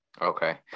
Okay